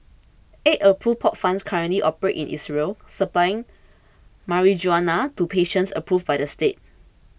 eight approved pot farms currently operate in Israel supplying marijuana to patients approved by the state